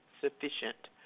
sufficient